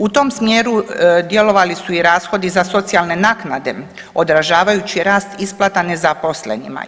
U tom smjeru djelovali su i rashodi za socijalne naknade odražavajući rast isplata nezaposlenima.